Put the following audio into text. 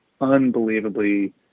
unbelievably